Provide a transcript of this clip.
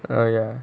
err ya